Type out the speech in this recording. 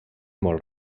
molt